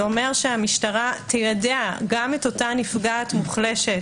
זה אומר שהמשטרה תיידע גם את הנפגעת המוחלשת